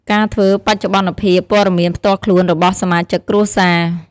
ការធ្វើបច្ចុប្បន្នភាពព័ត៌មានផ្ទាល់ខ្លួនរបស់សមាជិកគ្រួសារ។